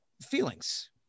feelings